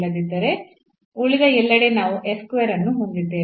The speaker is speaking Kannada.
ಇಲ್ಲದಿದ್ದರೆ ಉಳಿದ ಎಲ್ಲೆಡೆ ನಾವು s square ಅನ್ನು ಹೊಂದಿದ್ದೇವೆ